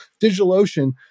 DigitalOcean